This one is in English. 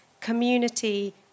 community